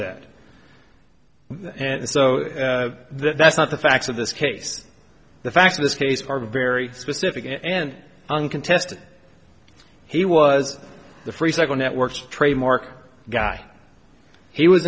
that and so that's not the facts of this case the facts of this case are very specific and uncontested he was the free second network's trademark guy he was